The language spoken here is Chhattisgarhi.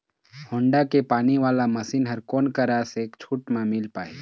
होण्डा के पानी वाला मशीन हर कोन करा से छूट म मिल पाही?